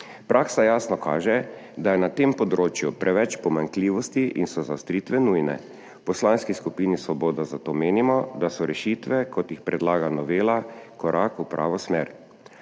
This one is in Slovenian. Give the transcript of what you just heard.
Praksa jasno kaže, da je na tem področju preveč pomanjkljivosti in so zaostritve nujne. V Poslanski skupini Svoboda zato menimo, da so rešitve, kot jih predlaga novela, korak v pravo smer.